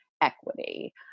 equity